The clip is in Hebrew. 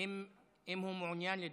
אם הוא מעוניין לדבר.